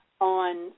on –